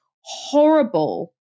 horrible